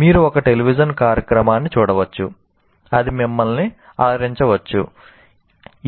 మీరు ఒక టెలివిజన్ కార్యక్రమాన్ని చూడవచ్చు అది మిమ్మల్ని అలరించవచ్చు